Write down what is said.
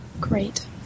Great